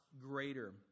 greater